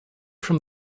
from